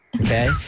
Okay